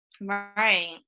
Right